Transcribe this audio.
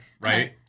right